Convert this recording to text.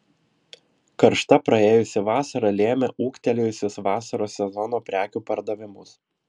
karšta praėjusi vasara lėmė ūgtelėjusius vasaros sezono prekių pardavimus